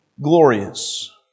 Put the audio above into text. glorious